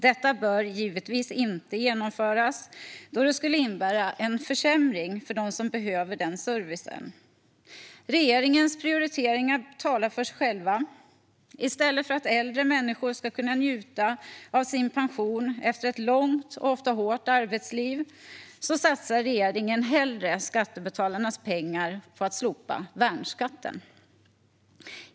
Detta bör givetvis inte genomföras då det skulle innebära en försämring för dem som behöver denna service. Regeringens prioriteringar talar för sig själva. I stället för att äldre människor ska kunna njuta av sin pension efter ett långt och ofta hårt arbetsliv satsar regeringen hellre skattebetalarnas pengar på att slopa värnskatten.